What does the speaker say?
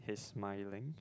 is smiling